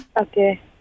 okay